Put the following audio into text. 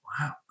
Wow